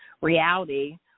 reality